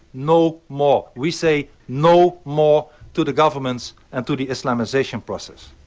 no more. we say no more to the governments and to the islamisation process.